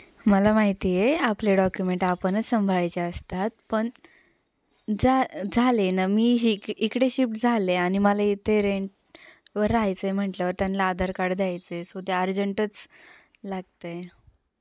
मला माहिती आहे आपले डॉक्युमेंट आपणच संभाळायचे असतात पण जा झाले न मी श इकडे शिफ्ट झाले आणि मला इथे रेंटवर राहायचं आहे म्हटल्यावर त्यांना आधार कार्ड द्यायचं आहे सो ते अर्जंटच लागतं आहे